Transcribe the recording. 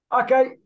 Okay